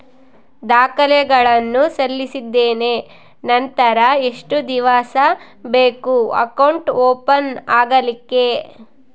ದಾಖಲೆಗಳನ್ನು ಸಲ್ಲಿಸಿದ್ದೇನೆ ನಂತರ ಎಷ್ಟು ದಿವಸ ಬೇಕು ಅಕೌಂಟ್ ಓಪನ್ ಆಗಲಿಕ್ಕೆ?